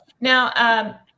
Now